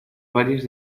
varias